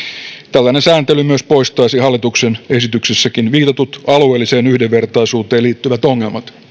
tällainen sääntely myös poistaisi hallituksen esityksessäkin viitatut alueelliseen yhdenvertaisuuteen liittyvät ongelmat